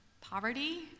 poverty